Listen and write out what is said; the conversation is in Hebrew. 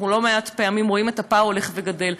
אנחנו לא מעט פעמים רואים את הפער הולך וגדל.